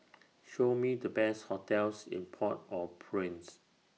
Show Me The Best hotels in Port Au Prince